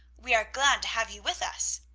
we are glad to have you with us.